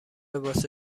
واسه